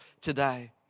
today